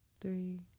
three